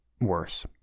worse